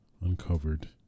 uncovered